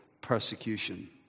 persecution